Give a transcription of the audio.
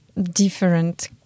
different